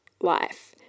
life